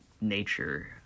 nature